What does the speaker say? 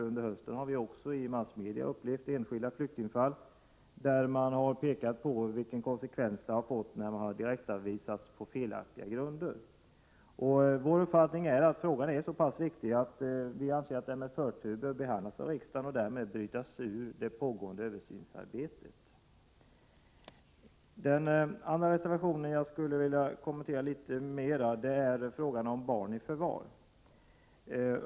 Under hösten har vi också via massmedia upplevt enskilda flyktingfall där man har pekat på vilken konsekvens det fått när människor har direktavvisats på felaktiga grunder. Vår uppfattning är att frågan är så viktig att den bör behandlas med förtur av riksdagen och därmed brytas ut ur det pågående översynsarbetet. Den andra reservationen jag skulle vilja kommentera litet mera gäller frågan om barn i förvar.